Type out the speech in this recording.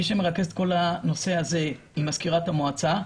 מי שמרכז את כל הנושא הזה היא מזכירת המועצה,